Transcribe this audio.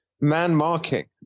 man-marking